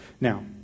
Now